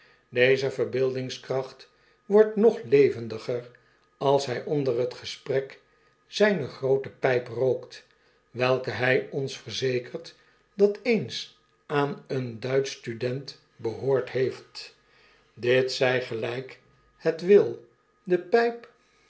deze vetbeeldingskracht wordt nog levendiger als hij onder het gesprek zyne groote pyp rookt welke hy ons verzekert dat eens aan een duitsch student behoort heeft dit zy gelyk het wil de pijp